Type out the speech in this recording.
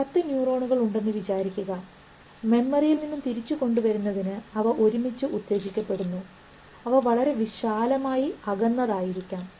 ഒരു പത്ത് ന്യൂറോണുകൾ ഉണ്ടെന്നു വിചാരിക്കുക മെമ്മറിയിൽ നിന്നും തിരിച്ചു കൊണ്ടുവരുന്നതിന് അവ ഒരുമിച്ച് ഉത്തേജിക്കപ്പെടുന്നു അവ വളരെ വിശാലമായ അകന്നത് ആയിരിക്കാം